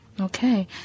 Okay